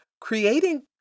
creating